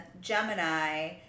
Gemini